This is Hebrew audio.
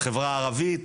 חברה ערבית,